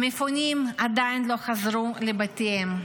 המפונים עדיין לא חזרו לבתיהם,